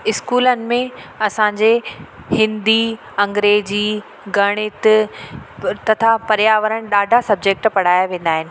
इस्कूलनि में असांजे हिंदी अंग्रेजी गणित तथा पर्यावरण ॾाढा सब्जेक्ट पढ़ाया वेंदा आहिनि